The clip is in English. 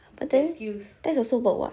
but then that's also work [what]